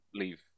leave